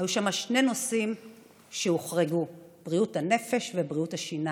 היו שם שני נושאים שהוחרגו: בריאות הנפש ובריאות השיניים,